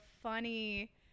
funny